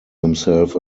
himself